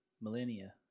millennia